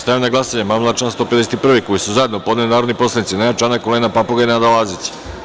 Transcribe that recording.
Stavljam na glasanje amandman na član 151. koji su zajedno podneli narodni poslanici Nenad Čanak, Olena Papuga i Nada Lazić.